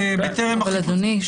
אדוני,